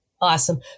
awesome